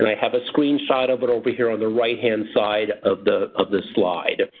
have a screenshot of it over here on the right-hand side of the of the slide.